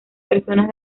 personas